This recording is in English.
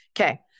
okay